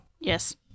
Yes